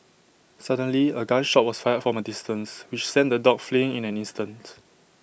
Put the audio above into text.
suddenly A gun shot was fired from A distance which sent the dogs fleeing in an instant